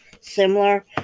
similar